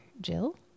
Jill